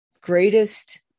greatest